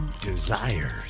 desires